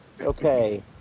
Okay